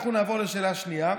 אנחנו נעבור לשאלה השנייה.